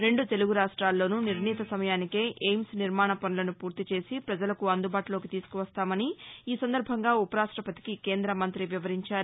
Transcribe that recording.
రెండు తెలుగు రాష్ట్రాల్లోనూ నిర్ణీత సమయానికే ఎయిమ్స్ నిర్మాణ పనులను పూర్తి చేసి ప్రజలకు అందుబాటులోకి తీసుకు వస్తామని ఈ సందర్బంగా ఉపరాష్టపతికి కేంద్ర మంత్రి వివరించారు